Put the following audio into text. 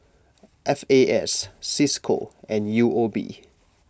F A S Cisco and U O B